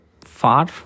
far